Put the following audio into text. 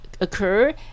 occur